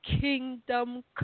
kingdom